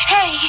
Hey